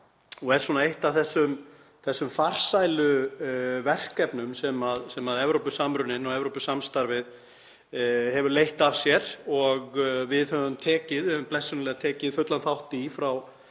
og er eitt af þessum farsælu verkefnum sem Evrópusamruninn og Evrópusamstarfið hefur leitt af sér og við höfum blessunarlega tekið fullan þátt í frá